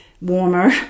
warmer